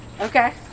Okay